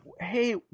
Hey